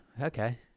okay